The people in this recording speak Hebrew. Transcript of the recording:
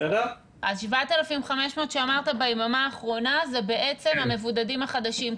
אז 7,500 שאמרת ביממה האחרונה זה בעצם המבודדים החדשים.